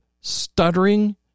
stuttering